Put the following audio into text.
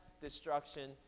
destruction